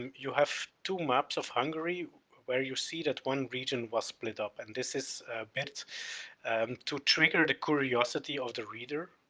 you have two maps of hungary where you see that one region was split up and this is meant um to trigger the curiosity of the reader.